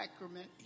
sacrament